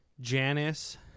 Janice